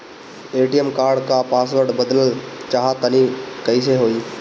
ATM card क password बदलल चाहा तानि कइसे होई?